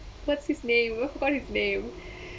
what's his name I forgot his name